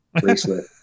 bracelet